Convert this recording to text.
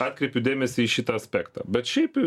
atkreipiu dėmesį į šitą aspektą bet šiaip